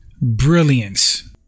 brilliance